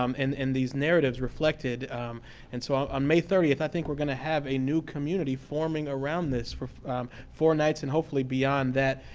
um and and these narratives reflected and so um on may thirtieth, i think we going to have a new community forming around this for four nights and hopefully beyond that,